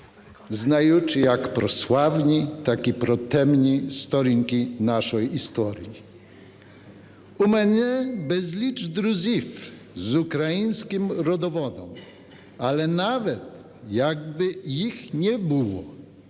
знаючи як про славні, так і про темні сторінки нашої історії. У мене безліч друзів з українським родоводом, але навіть якби їх не було,